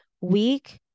week